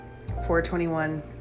421